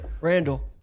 Randall